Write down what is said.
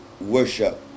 worship